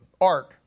Art